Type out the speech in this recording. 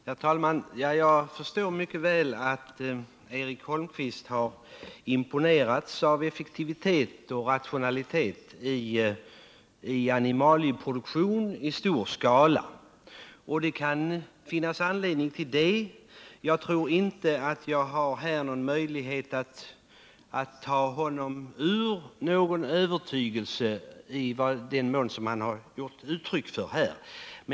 Herr talman! Jag förstår mycket väl att Eric Holmqvist imponerats av effektiviteten och rationaliteten när det gäller animalieproduktion i stor skala. Det kan finnas anledning till det. Jag tror inte att jag här har någon möjlighet att ta ur honom den övertygelse som han här gett uttryck för.